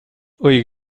õige